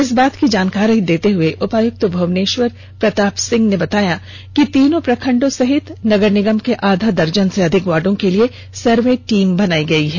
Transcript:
इस बात की जानकारी देते हुए उपायुक्त भुवनेश प्रताप सिंह ने बताया कि तीनों प्रखंडों सहित नगर निगम के आधा दर्जन से अधिक वार्डो के लिए सर्वे टीम बना ली गई है